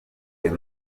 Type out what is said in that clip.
ayo